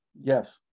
Yes